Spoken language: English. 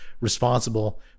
responsible